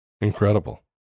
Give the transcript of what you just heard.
incredible